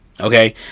okay